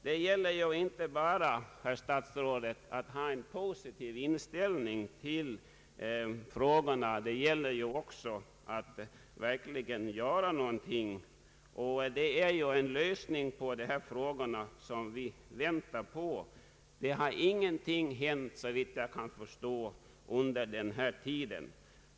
Det gäller inte bara, herr statsråd, att ha en positiv inställning till frågan. Det gäller också att verkligen göra någonting. Det är ju en lösning på frågan som vi väntar på. Ingenting har hänt, såvitt jag kan förstå, under den här tiden.